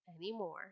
Anymore